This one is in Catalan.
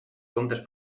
comptes